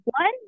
One